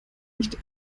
nicht